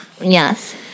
Yes